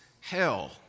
hell